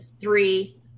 three